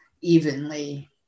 evenly